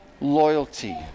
loyalty